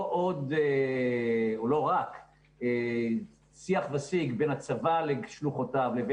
לא רק שיח ושיג בין הצבא לשלוחותיו לבין